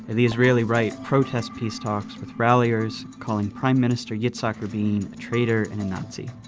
the israeli right protests peace talks, with ralliers calling prime minister yitzhak rabin a traitor and a nazi.